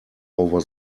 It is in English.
over